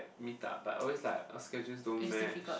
meet up but always like our schedules don't match